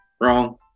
wrong